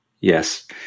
Yes